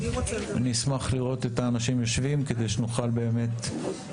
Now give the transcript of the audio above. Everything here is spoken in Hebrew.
אשמח לראות את האנשים יושבים כדי שנוכל לרכז